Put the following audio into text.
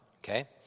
Okay